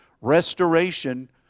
restoration